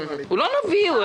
הוא לא נביא.